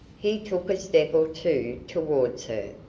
he took a step or two towards her,